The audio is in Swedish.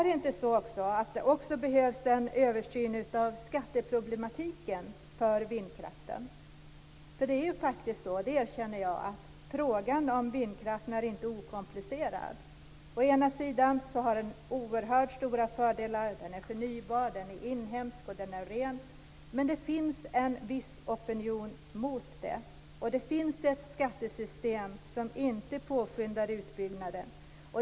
Det behövs också en översyn av skatteproblemen för vindkraften. Frågan om vindkraft är inte okomplicerad, det erkänner jag. Å ena sidan har vindkraften oerhört stora fördelar: Den är förnybar, inhemsk och ren. Men å andra sidan finns det en viss opinion mot vindkraft. Skattesystemet påskyndar inte utbyggnaden.